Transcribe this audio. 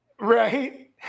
Right